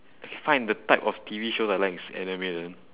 find the type of T_V shows I like is anime then